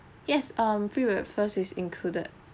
yes um free breakfast is included